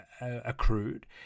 accrued